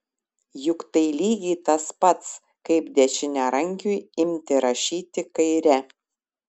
juk tai lygiai tas pats kaip dešiniarankiui imti rašyti kaire